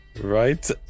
Right